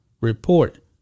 report